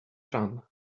run